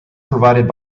provided